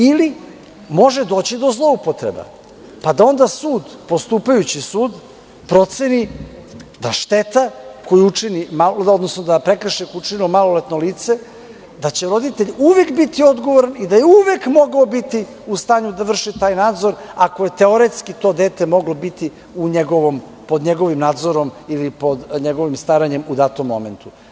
Ili može doći do zloupotreba, pa da onda sud, postupajući sud, proceni da prekršaj koji je učinilo maloletno lice, da će roditelj uvek biti odgovoran i da je uvek mogao biti u stanju da vrši taj nadzor ako je teoretski to dete moglo biti pod njegovim nadzorom ili pod njegovim staranjem u datom momentu.